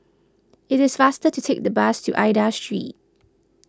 it is faster to take the bus to Aida Street